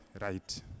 Right